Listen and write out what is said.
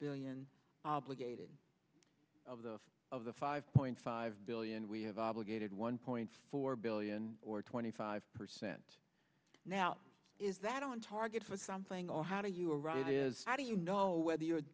billion obligated of the of the five point five billion we have obligated one point four billion or twenty five percent now is that on target for something or how do you arrive is how do you know whether you're